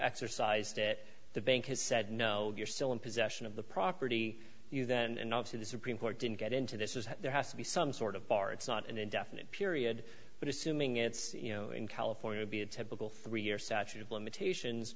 exercised it the bank has said no you're still in possession of the property you know that and not to the supreme court didn't get into this is that there has to be some sort of bar it's not an indefinite period but assuming it's you know in california to be a typical three year statute of limitations